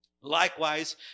Likewise